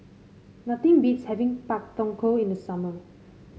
nothing beats having Pak Thong Ko in the summer